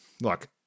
Look